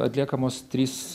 atliekamos trys